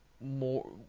more